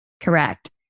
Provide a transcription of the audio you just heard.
Correct